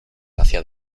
hacia